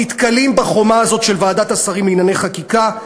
נתקלים בחומה הזאת של ועדת השרים לענייני חקיקה,